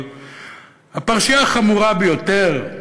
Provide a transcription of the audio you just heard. אבל הפרשייה החמורה ביותר,